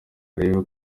arebe